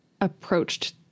approached